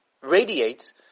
radiates